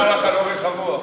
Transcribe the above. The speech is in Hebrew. תודה רבה לךְ על אורך הרוח.